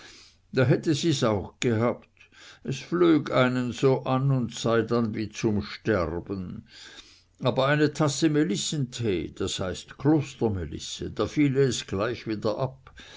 da hätte sie's auch gehabt es flög einen so an und sei dann wie zum sterben aber eine tasse melissentee das heißt klostermelisse da fiele es gleich wieder ab